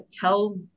Tell